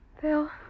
Phil